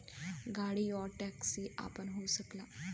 गाड़ी आउर टैक्सी आपन हो सकला